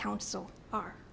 council are